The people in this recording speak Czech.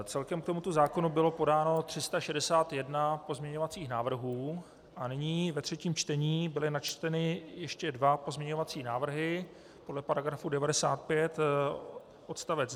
Celkem k tomuto zákonu bylo podáno 361 pozměňovacích návrhů a nyní, ve třetím čtení, byly načteny ještě dva pozměňovací návrhy podle § 95 odst.